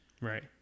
Right